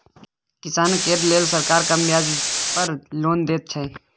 किसान केर लेल सरकार कम ब्याज पर लोन दैत छै